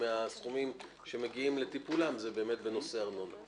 מהסכומים שמגיעים לטיפולים זה בנושא הארנונה.